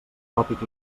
tòpic